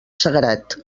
sagrat